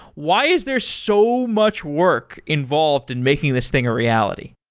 why is there so much work involved in making this thing a reality?